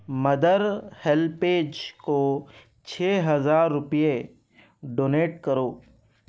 mother HelpAge کو چھ ہزار روپیے ڈونیٹ کرو